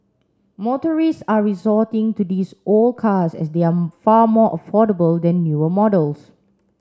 motorists are resorting to these old cars as they are far more affordable than newer models